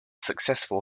successful